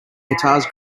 guitars